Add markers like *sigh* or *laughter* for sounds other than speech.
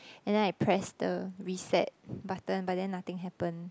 *breath* and then I press the reset button but then nothing happen